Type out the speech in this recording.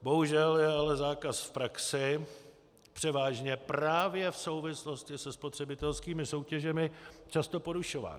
Bohužel je ale zákaz v praxi převážně právě v souvislosti se spotřebitelskými soutěžemi často porušován.